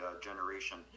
generation